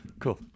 Cool